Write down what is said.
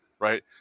right